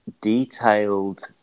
detailed